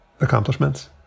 accomplishments